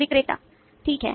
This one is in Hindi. विक्रेता ठीक है